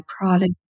product